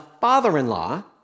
father-in-law